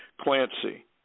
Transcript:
Clancy